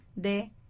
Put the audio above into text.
de